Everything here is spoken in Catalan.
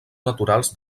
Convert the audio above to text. naturals